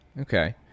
Okay